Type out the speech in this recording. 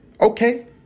Okay